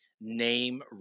name